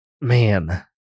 Man